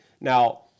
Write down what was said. Now